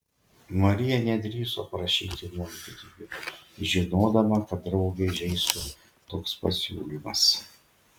marija nedrįso prašyti nuompinigių žinodama kad draugę įžeistų toks pasiūlymas